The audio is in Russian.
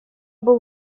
был